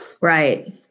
right